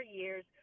years